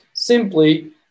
simply